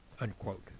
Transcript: unquote